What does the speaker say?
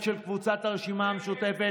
הן של קבוצת הרשימה המשותפת,